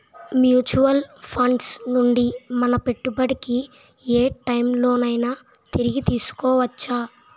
Mutual funds నుండి మన పెట్టుబడిని ఏ టైం లోనైనా తిరిగి తీసుకోవచ్చా?